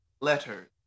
Letters